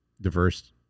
diverse